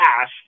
cash